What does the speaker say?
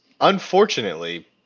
unfortunately